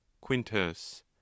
quintus